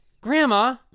Grandma